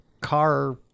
car